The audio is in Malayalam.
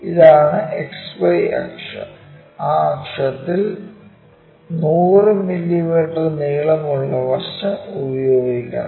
ഇതാണ് X Y അക്ഷം ആ അക്ഷത്തിൽ 100 മില്ലീമീറ്റർ നീളമുള്ള വശം ഉപയോഗിക്കണം